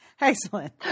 excellent